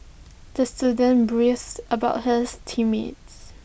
the student brace about hers team mates